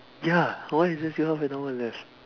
ya why is there still half an hour left